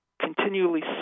continually